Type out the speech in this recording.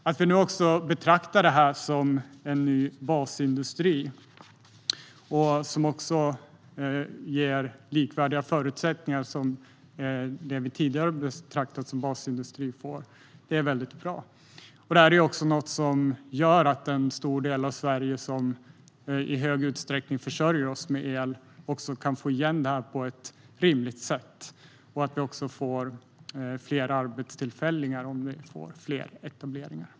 Att vi nu också betraktar det som en ny basindustri som ges likvärdiga förutsättningar som det som vi tidigare betraktat som basindustri får är väldigt bra. Det är något som gör att en stor del av Sverige som i hög utsträckning försörjer oss med el kan få igen det på ett rimligt sätt. Vi får också fler arbetstillfällen om vi får fler etableringar.